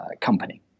company